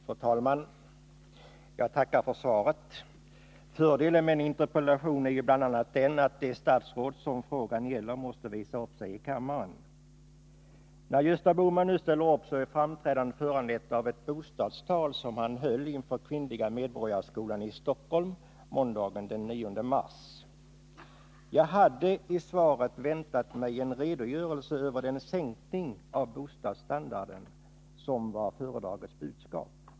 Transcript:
Fru talman! Jag tackar för svaret. Fördelen med en interpellation är bl.a. att det statsråd som frågan gäller måste visa upp sig i kammaren. När Gösta Bohman nu ställer upp så är framträdandet föranlett av ett bostadstal som han höll inför Kvinnliga medborgarskolan i Stockholm måndagen den 9 mars. Jag hade i svaret väntat mig en redogörelse över den sänkning av bostadsstandarden som var föredragets budskap.